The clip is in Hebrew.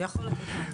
כן, זה יכול לתת מענה.